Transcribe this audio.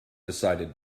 decided